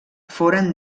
foren